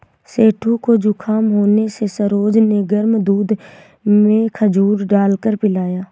सेठू को जुखाम होने से सरोज ने गर्म दूध में खजूर डालकर पिलाया